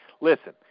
Listen